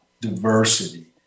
diversity